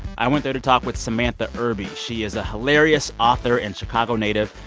i went there to talk with samantha irby. she is a hilarious author and chicago native.